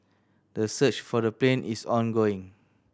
the search for the plane is ongoing